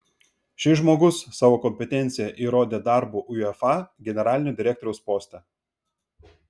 šis žmogus savo kompetenciją įrodė darbu uefa generalinio direktoriaus poste